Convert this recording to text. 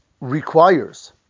requires